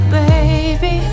baby